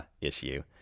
issue